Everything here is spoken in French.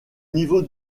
niveau